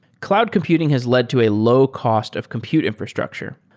cloud computing has led to a low cost of compute infrastructure,